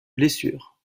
blessures